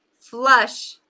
flush